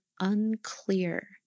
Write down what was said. unclear